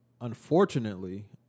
Unfortunately